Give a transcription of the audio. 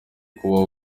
kubaho